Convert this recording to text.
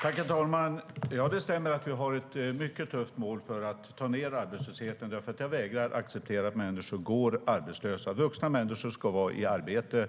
Herr talman! Det stämmer att vi har ett mycket tufft mål för att ta ned arbetslösheten. Jag vägrar att acceptera att människor går arbetslösa. Vuxna människor ska vara i arbete.